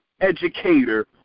educator